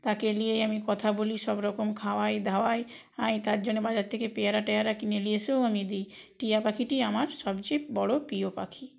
তাকে নিয়ে আমি কথা বলি সব রকম খাওয়াই দাওয়াই তার জন্য বাজার থেকে পেয়ারা টেয়ারা কিনে নিয়ে এসেও আমি দিই টিয়া পাখিটি আমার সবচেয়ে বড় প্রিয় পাখি